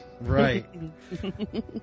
Right